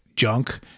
junk